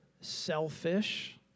selfish